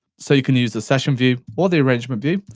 so, you can use the session view, or the arrangement view,